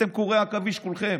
אתם קורי עכביש, כולכם.